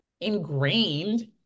ingrained